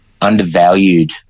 undervalued